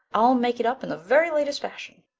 i'll make it up in the very latest fashion,